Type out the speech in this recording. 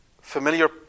familiar